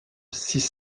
six